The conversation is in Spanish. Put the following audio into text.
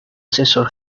asesor